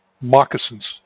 moccasins